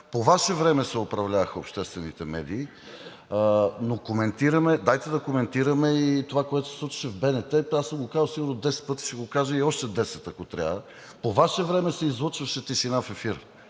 по Ваше време се управляваха обществените медии. Но дайте да коментираме и това, което се случваше в БНТ, аз съм го казвал сигурно 10 пъти, ще го кажа и още десет, ако трябва. По Ваше време се излъчваше тишина в ефир